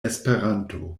esperanto